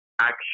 action